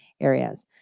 areas